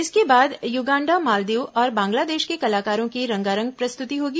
इसके बाद युगांडा मालदीव और बांग्लादेश के कलाकारों की रंगारंग प्रस्तुति होगी